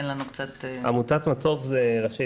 תן לנו קצת --- עמותת מצו"ף זה ראשי